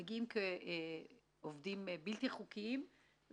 כי מגיעים עובדים בלתי חוקיים,